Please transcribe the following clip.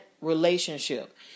relationship